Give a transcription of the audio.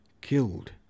Killed